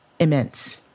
Immense